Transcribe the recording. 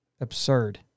absurd